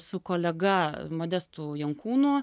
su kolega modestu jankūnu